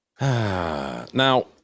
Now